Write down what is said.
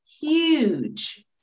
huge